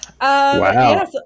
Wow